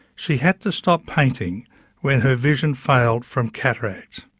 she had to stop painting when her vision failed from cataract.